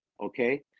okay